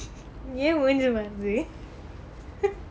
ஏன் மூஞ்சி மாறுது:yaen munji maaruthu